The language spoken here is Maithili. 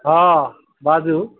हँ बाजू